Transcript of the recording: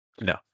No